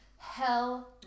Hell